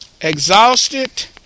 Exhausted